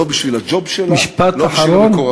לא בשביל הג'וב שלה, משפט אחרון.